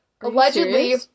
allegedly